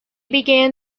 began